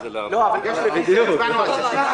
זה על אותו עניין שנכנס וחזר,